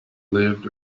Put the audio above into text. lived